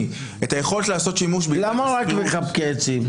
את היכולת לעשות שימוש בעילת הסבירות --- למה רק מחבקי עצים?